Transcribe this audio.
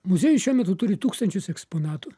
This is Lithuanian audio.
muziejus šiuo metu turi tūkstančius eksponatų